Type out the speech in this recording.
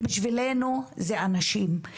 בשבילנו זה אנשים.